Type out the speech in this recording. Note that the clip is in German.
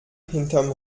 hinterm